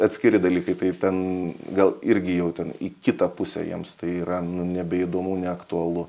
atskiri dalykai tai ten gal irgi jau ten į kitą pusę jiems tai yra nu nebeįdomu neaktualu